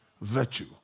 Virtue